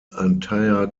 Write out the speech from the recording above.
entire